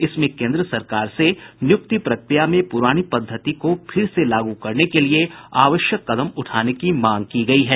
इसमें केन्द्र सरकार से नियुक्ति प्रक्रिया में प्रानी पद्धति को फिर से लागू करने के लिये आवश्यक कदम उठाने की मांग की गयी है